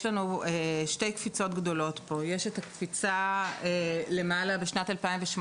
יש לנו שתי קפיצות גדולות: הקפיצה בשנת 2018